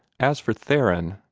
as for theron,